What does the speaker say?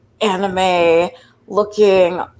anime-looking